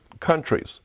countries